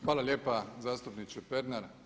Hvala lijepa zastupniče Pernar.